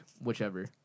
whichever